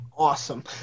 awesome